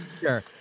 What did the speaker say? Sure